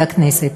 חברי הכנסת,